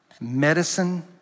medicine